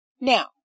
Now